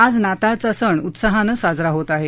आज नाताळचा सण उत्साहाने साजरा होत आहे